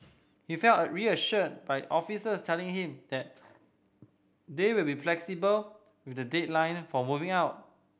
he felt reassured by officers telling him that they will be flexible with the deadline for moving out